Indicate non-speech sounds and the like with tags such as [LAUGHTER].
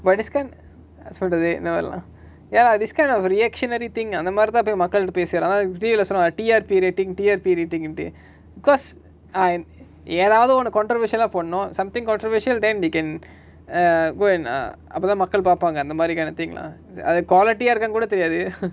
but is can சொல்ரது இந்தமாரிலா:solrathu inthamarila ya lah this kind of reactionary thing அந்தமாரிதா போய் மக்கள்ட பேசிலமா:anthamaritha poai makkalta pesilama ah T_V lah சொல்லுவாங்க:solluvanga T_R_P rating T_R_P rating ண்டு:ndu because I'm ஏதாவது ஒன்ன:ethavathu onna controversial ah பன்னு:pannu something controversial then they can err going ah அப்பதா மக்கள் பாப்பாங்க அந்தமாரி:apatha makkal paapaanga anthamari kind of think lah அது:athu quality ah இருக்காண்டு கூட தெரியாது:irukaandu kooda theriyaathu [LAUGHS]